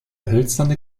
hölzerne